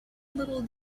little